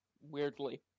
Weirdly